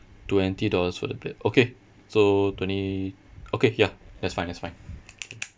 twenty dollars for the bed okay so twenty okay ya that's fine that's fine